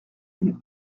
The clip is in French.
une